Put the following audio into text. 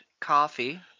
Coffee